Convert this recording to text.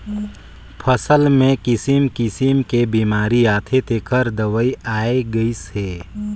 फसल मे किसिम किसिम के बेमारी आथे तेखर दवई आये गईस हे